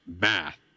math